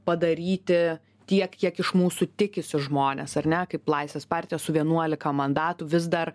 padaryti tiek kiek iš mūsų tikisi žmonės ar ne kaip laisvės partija su vienuolika mandatų vis dar